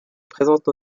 présente